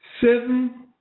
Seven